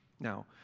Now